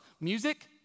music